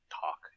talk